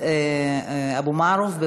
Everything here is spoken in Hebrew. אבו מערוף.